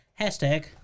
hashtag